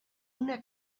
una